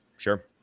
sure